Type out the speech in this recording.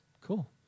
Cool